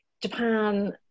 Japan